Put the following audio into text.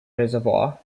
reservoir